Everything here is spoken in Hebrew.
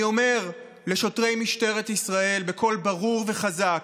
אני אומר לשוטרי משטרת ישראל בקול ברור וחזק: